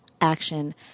action